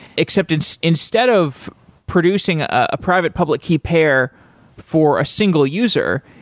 except and so instead of producing a private public key payer for a single user,